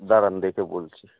দাঁড়ান দেখে বলছি